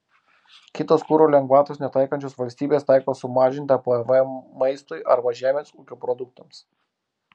kitos kuro lengvatos netaikančios valstybės taiko sumažintą pvm maistui arba žemės ūkio produktams